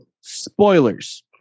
Spoilers